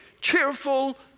Cheerful